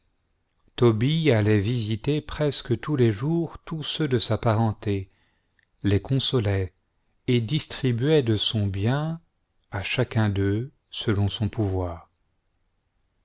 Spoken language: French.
tobie allait visiter presque tous ies jours tous ceux de ea parenté les consolait et distribuait de son bien à chacun d'eux selon son pouvoir